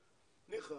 ניחא,